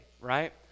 right